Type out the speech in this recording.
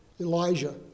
Elijah